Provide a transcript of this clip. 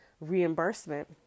reimbursement